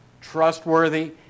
trustworthy